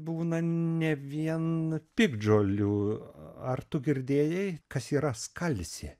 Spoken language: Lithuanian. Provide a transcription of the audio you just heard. būna ne vien piktžolių ar tu girdėjai kas yra skalsė